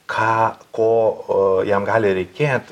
ką ko jam gali reikėti